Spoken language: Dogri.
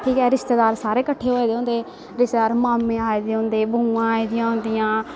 ठीक ऐ रिश्तेदार सारे कट्ठे होए दे होंदे रिश्तेदार मामे आए दे होंदे बुआं आई दियां होंदियां